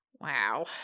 Wow